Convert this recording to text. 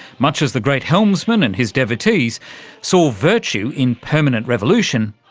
much as the great helmsman and his devotees saw virtue in permanent revolution,